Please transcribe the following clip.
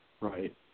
Right